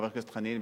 חבר הכנסת חנין,